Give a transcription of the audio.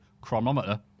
chronometer